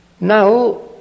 Now